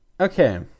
Okay